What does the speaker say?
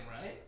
right